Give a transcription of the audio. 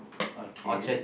okay